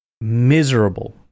miserable